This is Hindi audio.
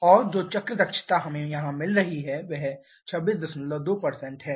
और जो चक्र दक्षता हमें यहां मिल रही है वह 262 है